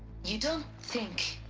you don't. think.